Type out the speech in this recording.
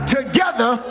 together